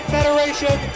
Federation